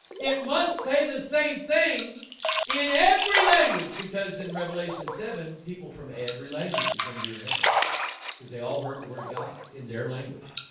it must say the same thing in every language because in revelation seven people from every language is going to be in heaven because they all heard the word of god in their language